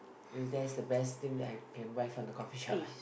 that's the best thing that I can buy from the coffee shop lah